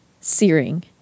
searing